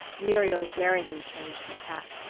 muriel daringly changed her tack,